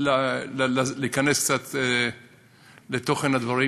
להיכנס קצת לתוכן הדברים,